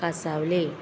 कांसावले